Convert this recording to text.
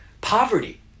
poverty